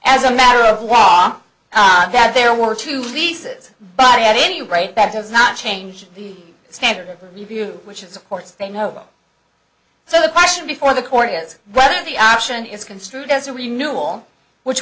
as a matter of law not that there were two lisas but any right back does not change the standard of review which is of course they know so the question before the court is whether the option is construed as a renewal which